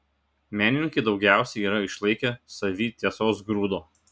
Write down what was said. menininkai daugiausiai yra išlaikę savyj tiesos grūdo